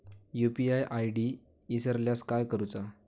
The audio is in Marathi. यू.पी.आय आय.डी इसरल्यास काय करुचा?